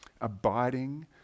Abiding